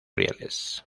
rieles